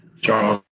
Charles